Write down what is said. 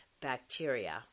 bacteria